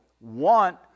want